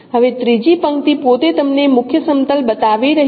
હવે ત્રીજી પંક્તિ પોતે તમને મુખ્ય સમતલ બતાવી રહી છે